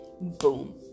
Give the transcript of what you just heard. boom